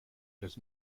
does